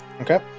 Okay